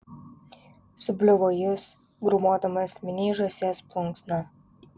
subliuvo jis grūmodamas miniai žąsies plunksna